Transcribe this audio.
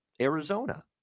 Arizona